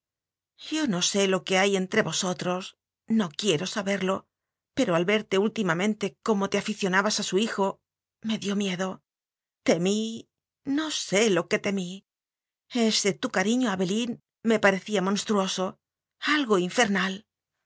yo no sé lo que hay entre vosotros no quiero saberlo pero al verte últimamente cómo te aficionabas a su hijo me dió miedo temí no sé lo que temí ese tu cariño a abelín me parecía monstruoso algo infer